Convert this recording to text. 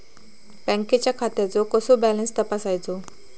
बँकेच्या खात्याचो कसो बॅलन्स तपासायचो?